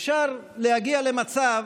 אפשר להגיע למצב